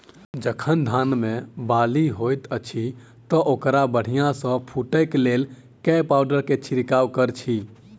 जखन धान मे बाली हएत अछि तऽ ओकरा बढ़िया सँ फूटै केँ लेल केँ पावडर केँ छिरकाव करऽ छी?